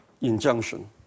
injunction